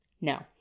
No